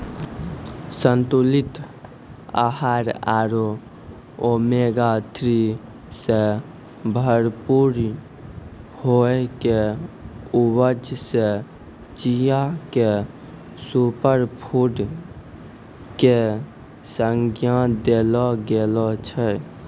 संतुलित आहार आरो ओमेगा थ्री सॅ भरपूर होय के वजह सॅ चिया क सूपरफुड के संज्ञा देलो गेलो छै